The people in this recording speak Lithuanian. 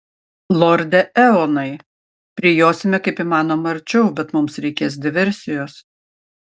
lorde eonai prijosime kaip įmanoma arčiau bet mums reikės diversijos